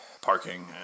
parking